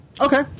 Okay